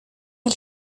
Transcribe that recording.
del